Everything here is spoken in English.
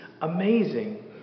amazing